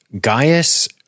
Gaius